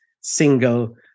single